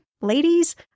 ladies